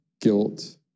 guilt